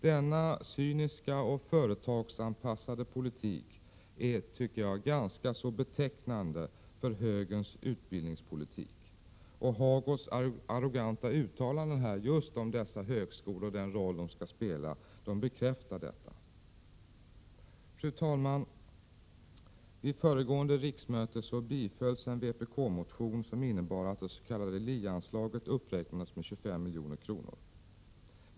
Denna cyniska och företagsanpassade politik är ganska så betecknande för högerns utbildningspolitik, tycker jag. Birger Hagårds arroganta uttalanden här bekräftar detta. Fru talman! Vid föregående riksmöte bifölls en vpk-motion, vilket innebar att det s.k. LIE-anslaget uppräknades med 25 miljoner.